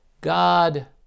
God